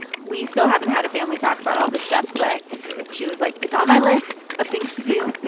and we still haven't had a family talk about all this stuff. but. ok. she was like, it's on ah my list of things to do